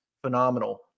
Phenomenal